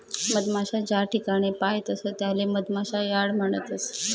मधमाशा ज्याठिकाणे पायतस त्याले मधमाशा यार्ड म्हणतस